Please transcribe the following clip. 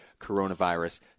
coronavirus